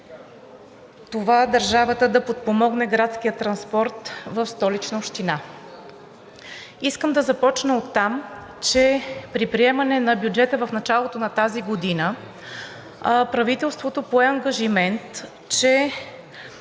това държавата да подпомогне градския транспорт в Столична община. Искам да започна оттам, че при приемане на бюджета в началото на тази година правителството пое ангажимент, че